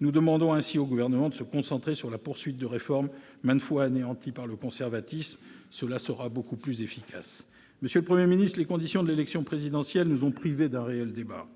Nous demandons ainsi au Gouvernement de se concentrer sur la poursuite de réformes maintes fois anéanties par le conservatisme. Cela sera beaucoup plus efficace ! Monsieur le Premier ministre, les conditions de l'élection présidentielle nous ont privés d'un réel débat.